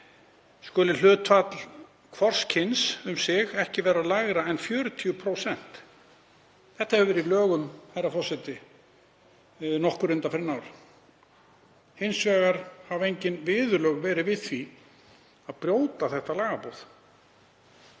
skuli hlutfall hvors kyns um sig ekki vera lægra en 40%. Þetta hefur verið í lögum, herra forseti, undanfarin ár. Hins vegar hafa engin viðurlög verið við því að brjóta þetta lagaboð.